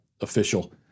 official